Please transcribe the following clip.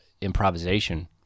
improvisation